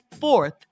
fourth